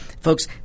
Folks